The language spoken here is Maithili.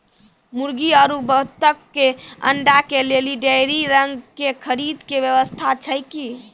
मुर्गी आरु बत्तक के अंडा के लेली डेयरी रंग के खरीद के व्यवस्था छै कि?